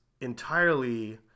entirely